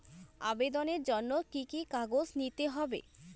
আবেদনের জন্য কি কি কাগজ নিতে হবে?